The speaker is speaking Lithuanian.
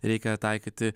reikia taikyti